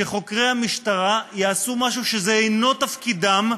שחוקרי המשטרה יעשו משהו שאינו תפקידם,